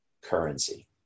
currency